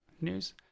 news